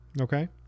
okay